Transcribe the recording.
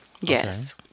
Yes